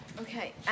Okay